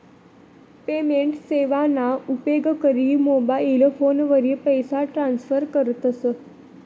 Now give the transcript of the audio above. payment सेवाना उपेग करी मोबाईल फोनवरी पैसा ट्रान्स्फर करतस